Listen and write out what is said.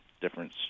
different